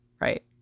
right